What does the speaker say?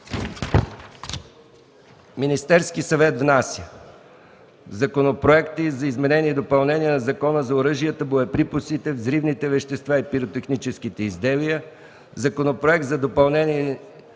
Министерският съвет внася: Законопроект за изменение и допълнение на Закона за оръжията, боеприпасите, взривните вещества и пиротехническите изделия. Законопроект за допълнение